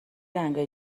رنگای